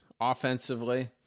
offensively